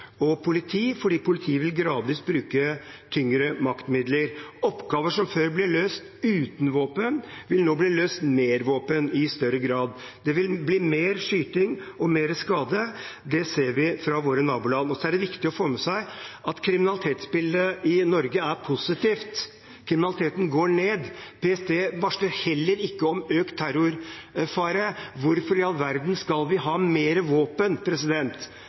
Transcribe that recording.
og politi, fordi politiet gradvis vil bruke tyngre maktmidler. Oppgaver som før ble løst uten våpen, vil nå bli løst med våpen i større grad. Det vil bli mer skyting og mer skade. Det ser vi fra våre naboland. Det er også viktig å få med seg at kriminalitetsbildet i Norge er positivt. Kriminaliteten går ned. PST varsler heller ikke om økt terrorfare. Hvorfor i all verden skal vi ha mer våpen